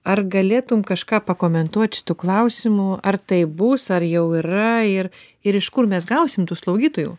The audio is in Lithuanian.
ar galėtum kažką pakomentuot šitu klausimu ar taip bus ar jau yra ir ir iš kur mes gausim tų slaugytojų